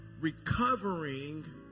Recovering